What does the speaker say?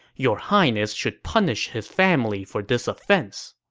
your highness should punish his family for this offense.